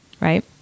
Right